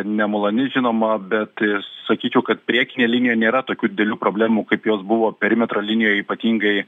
nemaloni žinoma bet sakyčiau kad priekinėj linijoj nėra tokių didelių problemų kaip jos buvo perimetro linijoj ypatingai